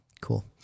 cool